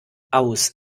aus